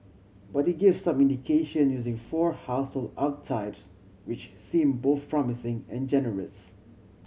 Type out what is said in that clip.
but it gave some indication using four household archetypes which seem both promising and generous